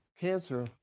cancer